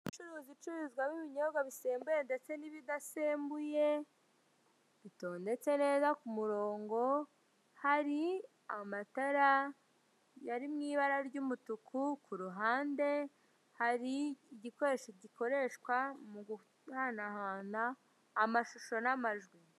...ucuruzi icuruzwamo ibinyobwa bisembuye ndetse n'ibidasembuye, bitondetse neza ku murongo, hari amatara yari mu ibara ry'umutuku, kuruhande hari igikoresho gikoreshwa mu guhanahana amashusho n'amajwi.